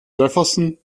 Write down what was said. jefferson